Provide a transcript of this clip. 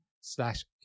slash